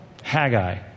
Haggai